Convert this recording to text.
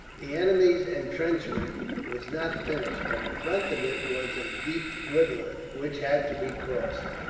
the enemy's entrenchment was not finished, but in front of it was a deep rivulet, which had to be crossed.